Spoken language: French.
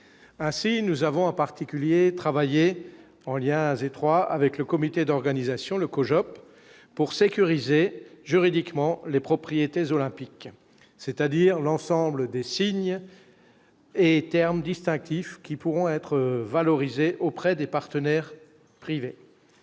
ainsi nous avons en particulier travailler en lien étroit avec le comité d'organisation locaux jobs pour sécuriser juridiquement les propriétaires olympique, c'est-à-dire l'ensemble des signes et terme distinctif qui pourront être valorisés auprès des partenaires privés,